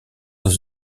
dans